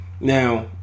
now